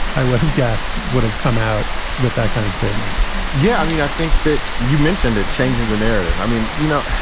i would have guessed would have come out with that kind of statement yeah, i mean, i think that you mentioned it changing the narrative. i mean, you know,